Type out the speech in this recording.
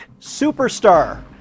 superstar